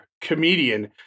comedian